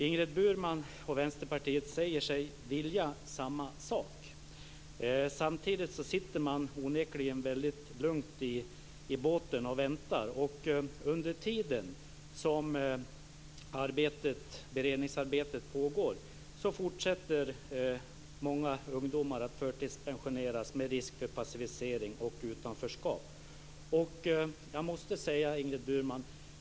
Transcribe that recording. Ingrid Burman och Vänsterpartiet säger sig vilja samma sak. Samtidigt sitter man onekligen väldigt lugnt i båten och väntar. Under tiden som beredningsarbetet pågår fortsätter många ungdomar att förtidspensioneras, med risk för passivisering och utanförskap som följd.